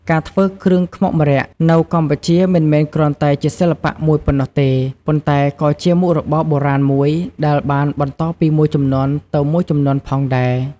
ការធ្វើគ្រឿងខ្មុកម្រ័ក្សណ៍៍នៅកម្ពុជាមិនមែនគ្រាន់តែជាសិល្បៈមួយប៉ុណ្ណោះទេ ប៉ុន្តែក៏ជាមុខរបរបុរាណមួយដែលបានបន្តពីមួយជំនាន់ទៅមួយជំនាន់ផងដែរ។